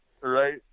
right